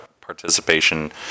participation